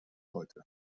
heute